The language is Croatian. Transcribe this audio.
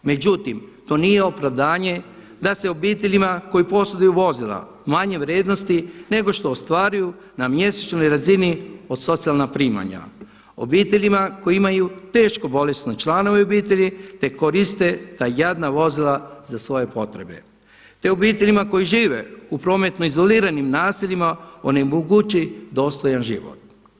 Međutim, to nije opravdanje da se obiteljima koja posjeduju vozila manje vrijednosti nego što ostvaruju na mjesečnoj razini od socijalna primanjima, obiteljima koji imaju teško bolesne članove obitelji, te koriste ta jadna vozila za svoje potrebe, te obiteljima koji žive u prometno izoliranim naseljima onemogući dostojan život.